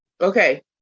Okay